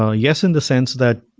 ah yes in the sense that,